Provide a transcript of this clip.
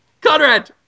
Conrad